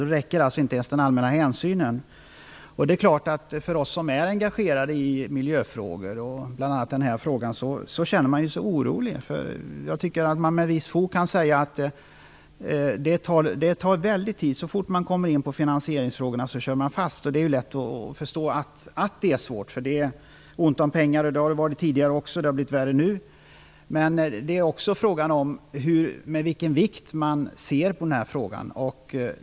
Då räcker det inte med de allmänna hänsynen. Vi som är engagerade i miljöfrågor, bl.a. den här frågan, känner oss oroliga. Jag tycker att man med viss fog kan säga att det tar väldigt lång tid. Så fort man kommer in på finansieringsfrågorna kör man fast. Det är lätt att förstå att det är svårt, för det är ont om pengar. Det har det varit tidigare också, men det har blivit värre nu. Men det är också fråga om med vilken vikt man ser på denna fråga.